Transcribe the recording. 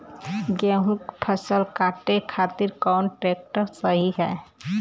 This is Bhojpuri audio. गेहूँक फसल कांटे खातिर कौन ट्रैक्टर सही ह?